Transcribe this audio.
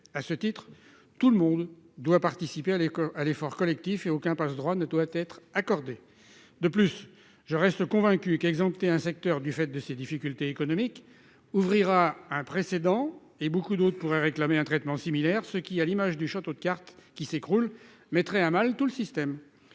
À ce titre, tout le monde doit participer à l'effort collectif et aucun passe-droit ne doit être accordé. De plus, je reste convaincu qu'exempter un secteur du fait de ses difficultés économiques créerait un précédent ; beaucoup d'autres pourraient réclamer un traitement similaire, ce qui, à l'image du château de cartes qui s'écroule, mettrait à mal tout le système.